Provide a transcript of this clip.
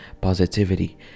positivity